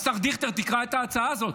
השר דיכטר, תקרא את ההצעה הזאת.